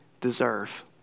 deserve